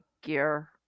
gear